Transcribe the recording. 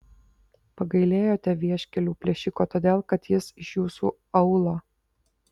pagailėjote vieškelių plėšiko todėl kad jis iš jūsų aūlo